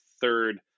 third